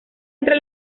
entre